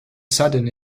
sudden